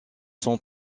sont